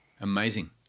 Amazing